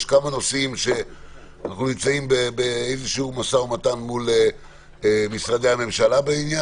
אנחנו נמצאים במשא ומתן מול משרדי הממשלה בכמה נושאים,